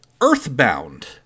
Earthbound